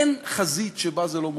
אין חזית שבה זה לא מורגש.